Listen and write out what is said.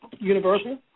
Universal